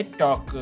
talk